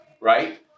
right